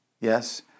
yes